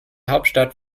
hauptstadt